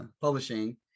Publishing